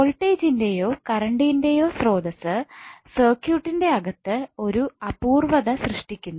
വോൾട്ടേജിന്റെ യോ കറണ്ടിന്റെയോ സ്രോതസ്സ് സർക്യൂട്ടിന്റെ അകത്ത് ഒരു അപൂർവ്വത സൃഷ്ടിക്കുന്നു